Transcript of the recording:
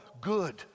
good